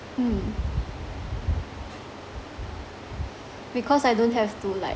mm because I don't have to like